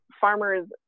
farmers